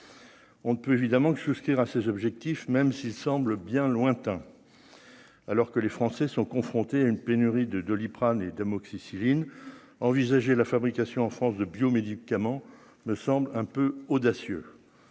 On ne peut évidemment que souscrire à ces objectifs, même s'il semble bien lointain, alors que les Français sont confrontés à une pénurie de Doliprane et d'amoxicilline, envisager la fabrication en France de biomédicaments me semble un peu audacieux